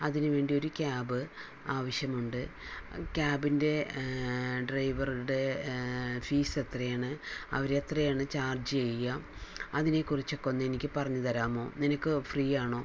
അതിനുവേണ്ടി ഒരു ക്യാബ് ആവശ്യമുണ്ട് ക്യാബിൻ്റെ ഡ്രൈവറുടെ ഫീസ് എത്രയാണ് അവർ എത്രയാണ് ചാർജ് ചെയ്യുക അതിനെക്കുറിച്ചൊക്കെ ഒന്ന് എനിക്ക് പറഞ്ഞു തരാമോ നിനക്ക് ഫ്രീ ആണോ